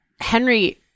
Henry